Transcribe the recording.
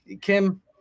Kim